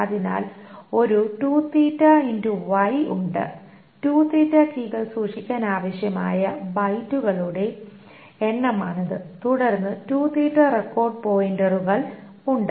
അതിനാൽ ഒരു ഉണ്ട് കീകൾ സൂക്ഷിക്കാൻ ആവശ്യമായ ബൈറ്റുകളുടെ എണ്ണമാണിത് തുടർന്ന് റെക്കോർഡ് പോയിന്ററുകൾ ഉണ്ട്